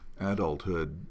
adulthood